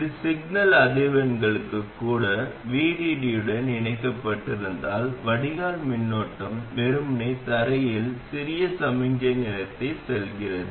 அது சிக்னல் அதிர்வெண்களுக்கு கூட VDD உடன் இணைக்கப்பட்டிருந்தால் வடிகால் மின்னோட்டம் வெறுமனே தரையில் சிறிய சமிக்ஞை நிலத்தில் செல்கிறது